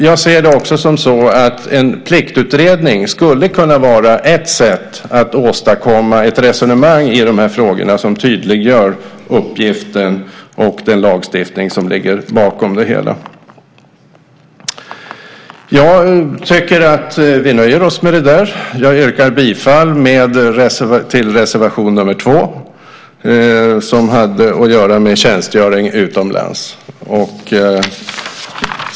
Jag ser en pliktutredning som ett sätt att åstadkomma ett resonemang i frågorna som tydliggör uppgiften och den lagstiftning som ligger bakom. Jag tycker att vi nöjer oss med detta. Jag yrkar bifall till reservation nr 2, som rör tjänstgöring utomlands.